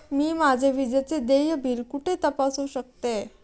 मी माझे विजेचे देय बिल कुठे तपासू शकते?